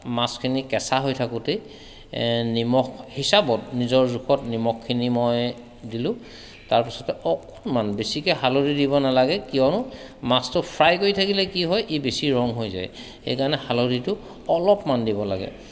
মাছখিনি কেঁচা হৈ থাকোঁতেই এই নিমখ হিচাপত নিজৰ জোখত নিমখখিনি মই দিলোঁ তাৰপিছতে অকণমান বেছিকৈ হালধি দিব নালাগে কিয়নো মাছটো ফ্ৰাই কৰি থাকিলে কি হয় ই বেছি ৰং হৈ যায় সেইকাৰণে হালধিটো অলপমান দিব লাগে